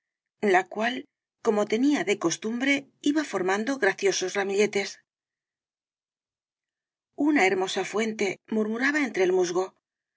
la cual como tenía de costumbre iba formando graciosos ramilletes una hermosa fuente murmuraba entre el musgo